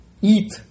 eat